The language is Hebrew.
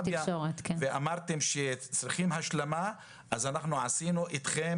אמרתם שצריכים השלמה, אז אנחנו עשינו איתך,